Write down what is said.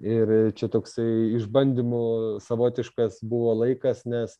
ir čia toksai išbandymų savotiškas buvo laikas nes